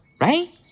right